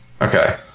Okay